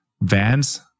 Vans